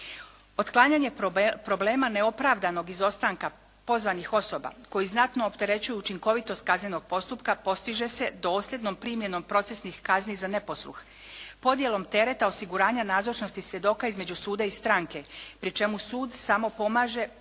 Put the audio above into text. Otklanjanje problema neopravdanog izostanka pozvanih osoba koji znatno opterećuju učinkovitost kaznenog postupka postiže se dosljednom primjenom procesnih kazni za neposluh, podjelom tereta osiguranja nazočnosti svjedoka između suda i stranke pri čemu sud samo pomaže